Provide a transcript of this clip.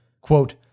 quote